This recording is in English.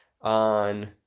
on